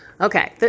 Okay